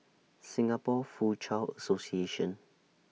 Singapore Foochow Association